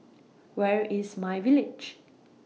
Where IS MyVillage